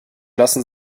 lassen